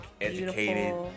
educated